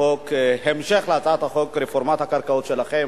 חוק המשך להצעת החוק רפורמת הקרקעות שלכם,